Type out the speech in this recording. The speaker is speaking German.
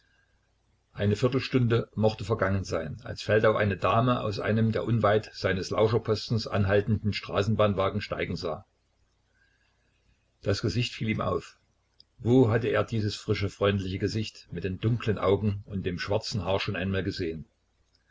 eine viertelstunde mochte vergangen sein als feldau eine dame aus einem der unweit seines lauscherpostens anhaltenden straßenbahnwagen steigen sah das gesicht fiel ihm auf wo hatte er dieses frische freundliche gesicht mit den dunklen augen und dem schwarzen haar schon einmal gesehen